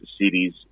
cities